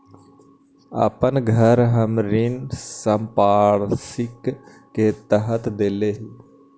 अपन घर हम ऋण संपार्श्विक के तरह देले ही